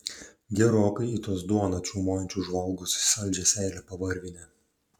gerokai į tuos duoną čiaumojančius žvalgus saldžią seilę pavarvinę